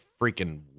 freaking